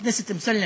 חבר הכנסת אמסלם,